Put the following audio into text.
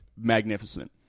magnificent